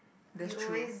that's true